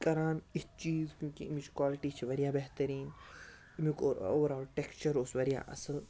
کَران اِتھۍ چیٖز کیونٛکہِ اَمِچ کالٹی چھِ واریاہ بہتریٖن اَمیُک اوٚوَرآل ٹٮ۪کسچَر اوس واریاہ اَصٕل